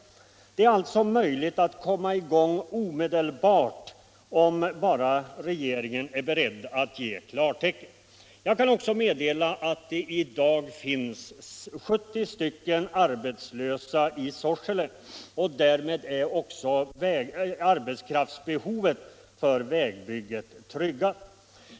Det är alltså möjligt att komma i gång omedelbart, om bara den nya regeringen är beredd att ge klartecken. Jag kan också meddela att det i dag finns 70 arbetslösa i Sorsele. Därmed är också arbetskraftsbehovet för vägbygget tryggat.